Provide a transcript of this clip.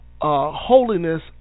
holiness